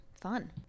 fun